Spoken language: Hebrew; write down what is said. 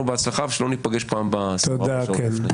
בהצלחה ושלא ניפגש פעם הבאה 24 שעות לפני.